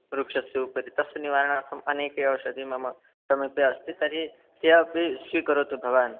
वृक्षस्य उपरि तस्य निवारणार्थम् अनेकाः औषधयः मम समीपे अस्ति तर्हि ताः अपि स्वीकरोतु भवान्